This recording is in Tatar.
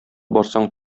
барсаң